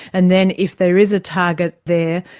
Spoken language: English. and then if there is a target there,